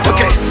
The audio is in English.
Okay